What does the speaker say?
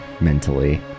mentally